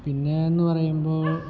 പിന്നെയെന്ന് പറയുമ്പോൾ